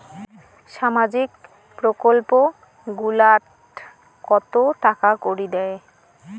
সামাজিক প্রকল্প গুলাট কত টাকা করি দেয়?